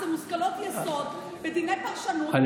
זה מושכלות יסוד בדיני פרשנות --- אני